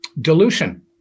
Dilution